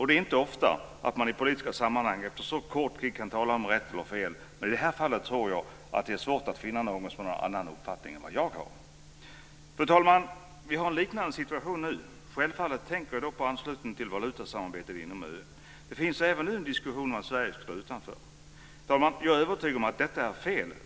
Det är inte ofta man i politiska sammanhang efter så kort tid kan tala om rätt eller fel, men i det här fallet tror jag att det är svårt finna någon som har annan uppfattning än vad jag har. Fru talman! Vi har en liknande situation nu. Självfallet tänker då jag på anslutningen till valutasamarbetet inom EU. Det finns även nu en diskussion om att Sverige ska stå utanför. Fru talman! Jag är övertygad om att detta är fel.